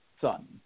son